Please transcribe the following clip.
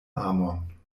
amon